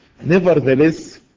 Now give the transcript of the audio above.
Nevertheless